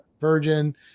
Virgin